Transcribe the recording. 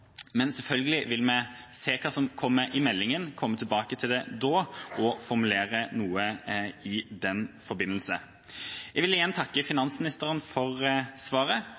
men selvfølgelig vil vi se på hva som kommer i meldingen, og komme tilbake til det da og formulere noe i den forbindelse. Jeg vil igjen takke finansministeren for svaret,